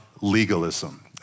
legalism